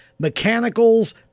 mechanicals